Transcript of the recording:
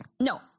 No